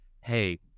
hey